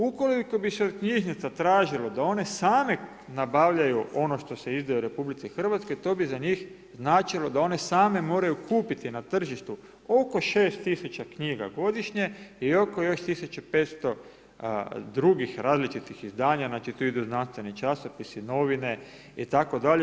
Ukoliko bi se knjižnice tražilo da one same nabavljalo ono što se izdaje u RH, to bi za njih načelo da one same moraju kupiti na tržištu oko 6000 knjiga godišnje i oko još 1500 drugih različitih izdanja, znači tu idu znanstveni časopisi, novine, itd.